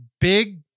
big